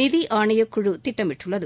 நிதி ஆணைய குழு திட்டமிட்டுள்ளது